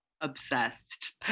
Obsessed